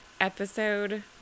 episode